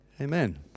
Amen